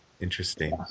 Interesting